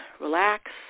relax